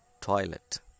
toilet